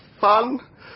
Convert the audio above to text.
fun